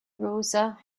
rosa